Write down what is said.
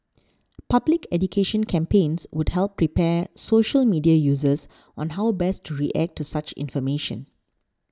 public education campaigns would help prepare social media users on how best to react to such information